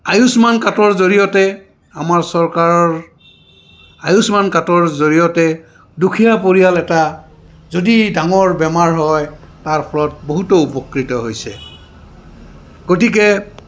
আয়ুস্মান কাৰ্ডৰ জৰিয়তে আমাৰ চৰকাৰৰ আয়ুস্মান কাৰ্ডৰ জৰিয়তে দুখীয়া পৰিয়াল এটা যদি ডাঙৰ বেমাৰ হয় তাৰ ফলত বহুতো উপকৃত হৈছে গতিকে